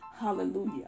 Hallelujah